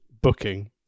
Booking